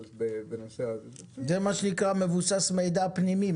אבל בנושא הזה --- זה מה שנקרא "מבוסס מידע פנימי",